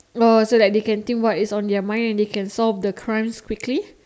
oh so that they can think what is on their mind and they can solve the crimes quickly